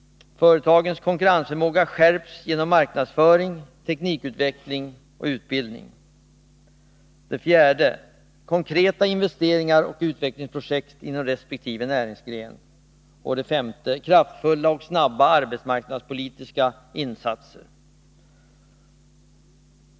Företagens konkurrensförmåga skärps genom marknadsföring, teknikutveckling och utbildning. 5. Kraftfulla och snabba arbetsmarknadspolitiska insatser.